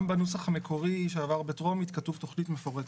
גם בנוסח המקורי שעבר בטרומית כתוב "תכנית מפורטת".